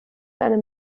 einem